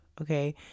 okay